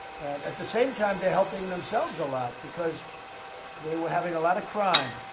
and, at the same time, they're helping themselves a lot because they were having a lot of crime.